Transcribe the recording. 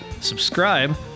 subscribe